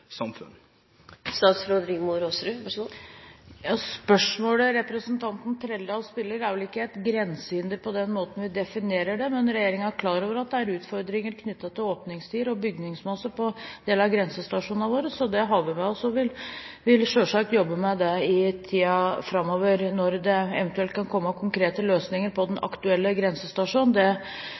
samfunn. Spørsmålet representanten Trældal stiller, dreier seg vel ikke om et grensehinder på den måten vi definerer det, men regjeringen er klar over at det er utfordringer knyttet til åpningstider og bygningsmasse på en del av grensestasjonene våre. Så det har vi med oss og vil selvsagt jobbe med det i tiden framover. Når det eventuelt kan komme konkrete løsninger for den aktuelle grensestasjonen,